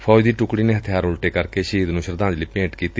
ਫੌਜ ਦੀ ਟੁਕੜੀ ਨੇ ਹਥਿਆਰ ਉਲਟੇ ਕਰਕੇ ਸ਼ਹੀਦ ਨੂੰ ਸ਼ਰਧਾਂਜਲੀ ਭੇਟ ਕੀਤੀ